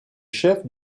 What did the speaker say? chef